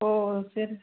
ஓ ஓ சரி